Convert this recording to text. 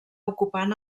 ocupant